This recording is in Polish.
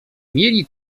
mieli